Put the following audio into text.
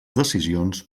decisions